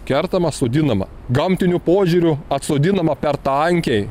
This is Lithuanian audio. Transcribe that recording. kertama sodinama gamtiniu požiūriu atsodinama per tankiai